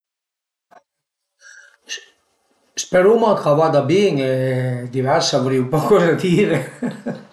Speruma ch'a vada bin e divers savrìu pa coza dive